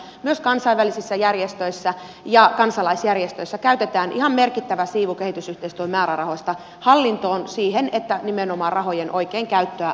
myös kansainvälisissä järjestöissä ja kansalaisjärjestöissä käytetään ihan merkittävä siivu kehitysyhteistyön määrärahoista hallintoon siihen että nimenomaan rahojen oikein käyttöä voidaan hyvin valvoa